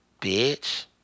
Bitch